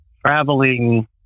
traveling